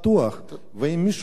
אם מישהו באמת חושב,